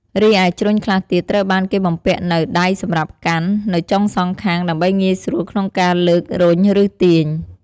រីឯ ជ្រញ់ខ្លះទៀតត្រូវបានគេបំពាក់នូវ ដៃសម្រាប់កាន់ នៅចុងសងខាង ដើម្បីងាយស្រួលក្នុងការលើក រុញ ឬទាញ។